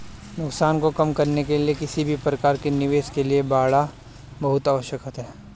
नुकसान को कम करने के लिए किसी भी प्रकार के निवेश के लिए बाड़ा बहुत आवश्यक हैं